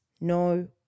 no